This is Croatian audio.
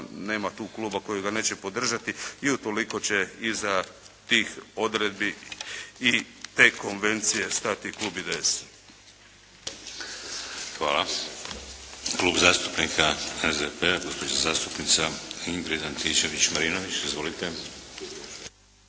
nema tu kluba koji ga neće podržati i utoliko će iza tih odredbi i te konvencije stati Klub IDS. **Šeks, Vladimir (HDZ)** Hvala. Klub zastupnika SDP-a, gospođa zastupnica Ingrid Antičević-Marinović. Izvolite.